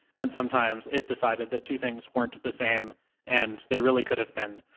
and sometimes it decided that two things weren't the same and they really could have been.